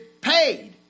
paid